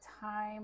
time